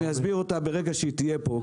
אני אסביר אותה ברגע שהיא תהיה פה.